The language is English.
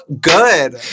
good